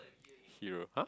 hero !huh!